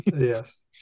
yes